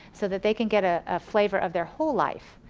so that they could get a ah flavor of their whole life.